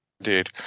indeed